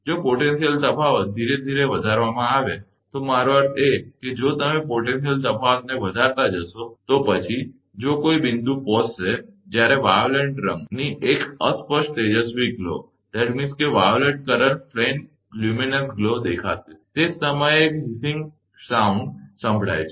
જો પોટેન્શિયલ તફાવત ધીરે ધીરે વધારવામાં આવે તો મારો અર્થ એ છે કે જો તમે પોટેન્શિયલ તફાવતને વધારતા જશો તો પછી જો કોઈ બિંદુ પહોંચશે જ્યારે વાયોલેટ રંગની એક અસ્પષ્ટ તેજસ્વી ગ્લો દેખાશે અને તે જ સમયે એક હિસીંગ અવાજ સંભળાય છે